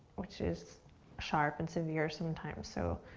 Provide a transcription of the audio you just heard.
which is sharp and severe sometimes. so,